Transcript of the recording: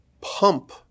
pump